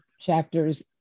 chapters